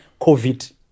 COVID